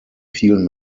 vielen